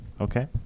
Okay